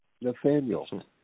Nathaniel